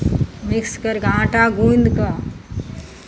mix करि कऽ आँटा गूँदि कऽ